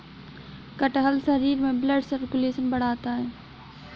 कटहल शरीर में ब्लड सर्कुलेशन बढ़ाता है